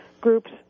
groups